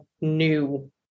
new